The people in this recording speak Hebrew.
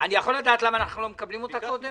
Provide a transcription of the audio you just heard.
אני יכול לדעת למה אנחנו לא מקבלים אותה קודם?